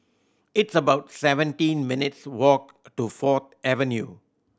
it's about seventeen minutes' walk to Fourth Avenue